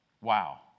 Wow